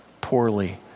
poorly